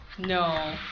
No